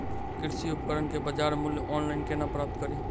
कृषि उपकरण केँ बजार मूल्य ऑनलाइन केना प्राप्त कड़ी?